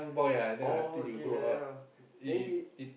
oh okay ya ya ya